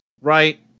right